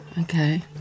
Okay